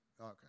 okay